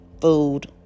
food